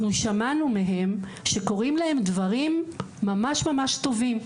שמענו מהם שקורים להם דברים ממש טובים.